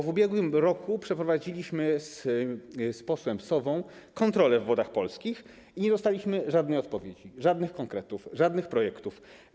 W ubiegłym roku przeprowadziliśmy z posłem Sową kontrolę w Wodach Polskich i nie dostaliśmy żadnej odpowiedzi - żadnych konkretów, żadnych projektów.